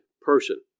person